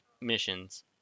missions